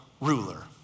ruler